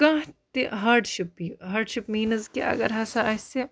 کانٛہہ تہِ ہاڈشِپ یہِ ہاڈشِپ میٖنٕز کہِ اگر ہَسا اَسہِ